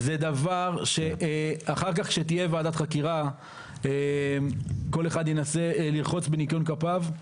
זה דבר שאחר כך כשתהיה ועדת חקירה כל אחד ינסה לרחוץ בניקיון כפיו.